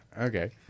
Okay